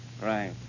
Right